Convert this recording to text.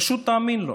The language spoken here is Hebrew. פשוט תאמין לו,